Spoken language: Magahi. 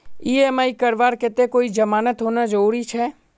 ई.एम.आई करवार केते कोई जमानत होना जरूरी छे?